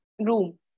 room